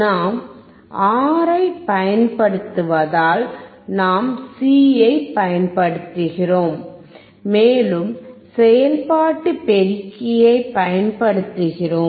நாம் R ஐப் பயன்படுத்துவதால் நாம் C ஐப் பயன்படுத்துகிறோம் மேலும் செயல்பாட்டு பெருக்கியைப் பயன்படுத்துகிறோம்